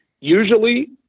usually